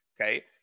okay